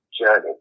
journey